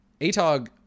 Atog